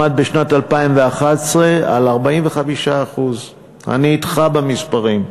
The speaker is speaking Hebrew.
עמד בשנת 2011 על 45%. אני אתך במספרים.